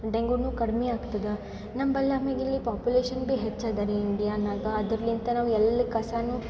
ಡೆಂಗೂನು ಕಡ್ಮೆ ಆಗ್ತದೆ ನಂಬಳಿ ಆಮ್ಯಾಗಿಲ್ಲಿ ಪಾಪ್ಯುಲೇಶನ್ ಬಿ ಹೆಚ್ಚದೆ ರೀ ಇಂಡಿಯಾನಾಗೆ ಅದ್ರಲಿಂತೆ ನಾವು ಎಲ್ಲಿ ಕಸ